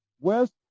West